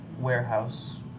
warehouse